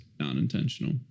Non-intentional